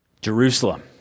Jerusalem